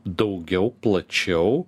daugiau plačiau